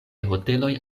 hoteloj